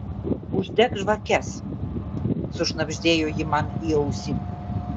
uždek žvakes sušnabždėjo ji man į ausį